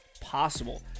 possible